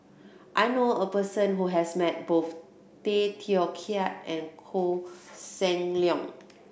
I know a person who has met both Tay Teow Kiat and Koh Seng Leong